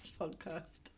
podcast